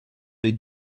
they